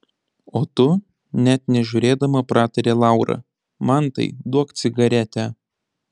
o tu net nežiūrėdama pratarė laura mantai duok cigaretę